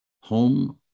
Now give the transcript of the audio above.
home